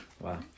Wow